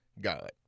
God